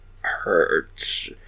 hurts